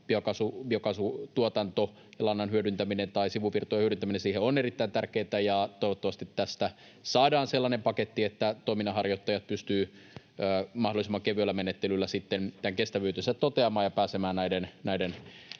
biokaasutuotanto ja lannan hyödyntäminen tai sivuvirtojen hyödyntäminen ovat erittäin tärkeitä. Toivottavasti tästä saadaan sellainen paketti, että toiminnanharjoittajat pystyvät mahdollisimman kevyellä menettelyllä sitten tämän kestävyytensä toteamaan ja pääsemään näiden